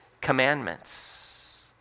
commandments